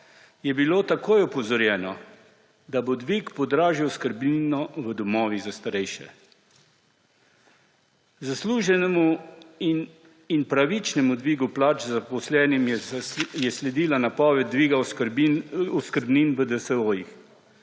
je bilo takoj opozorjeno, da bo dvig podražil oskrbnino v domovih za starejše. Zasluženemu in pravičnemu dvigu plač zaposlenim je sledila napoved dviga oskrbnin v DSO-jih.